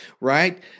Right